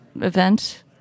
event